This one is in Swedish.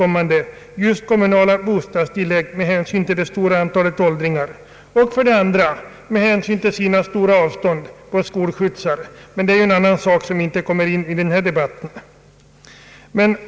måste med hänsyn till det stora antalet åldringar använda dessa tillskott just till kommunala bostadstillägg och till skolskjutsar med hänsyn till avstånden.